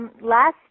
last